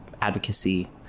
advocacy